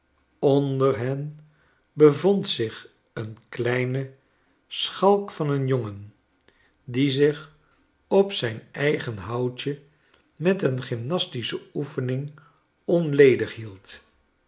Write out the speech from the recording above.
onder hen bevond zich een kleine schalk van n jongen die zich op zijn eigen houtje met een gymnastische oefening onledig hield